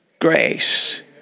grace